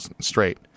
straight